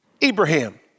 Abraham